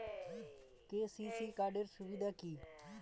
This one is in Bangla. কে.সি.সি কার্ড এর সুবিধা কি?